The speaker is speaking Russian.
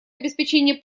обеспечение